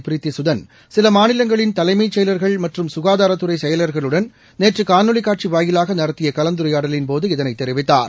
ப்ரித்தி சுதன் சில மாநிலங்களின் தலைமைச் செயல்கள் மற்றும் சுகாதாரத்துறை செயலர்களுடன் நேற்று காணொலி காட்சி வாயிலாக நடத்திய கலந்துரையாடலின் போது இதனை அவர் தெரிவித்தார்